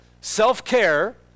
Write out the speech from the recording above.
Self-care